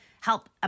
help